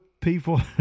People